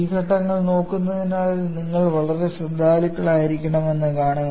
ഈ ഘട്ടങ്ങൾ നോക്കുന്നതിൽ നിങ്ങൾ വളരെ ശ്രദ്ധാലുവായിരിക്കണമെന്ന് കാണുക